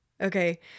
Okay